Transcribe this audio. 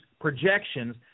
projections